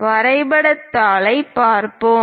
வரைபடத் தாளைப் பார்ப்போம்